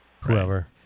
whoever